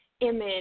image